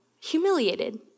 humiliated